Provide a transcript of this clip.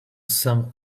some